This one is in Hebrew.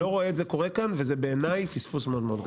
אני לא רואה את זה קורה כאן וזה בעיניי פספוס מאוד מאוד גדולה.